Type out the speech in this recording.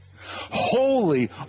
Holy